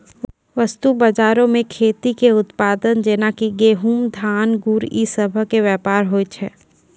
वस्तु बजारो मे खेती के उत्पाद जेना कि गहुँम, धान, गुड़ इ सभ के व्यापार होय छै